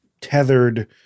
tethered